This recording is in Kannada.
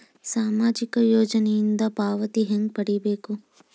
ಸಾಮಾಜಿಕ ಯೋಜನಿಯಿಂದ ಪಾವತಿ ಹೆಂಗ್ ಪಡಿಬೇಕು?